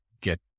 get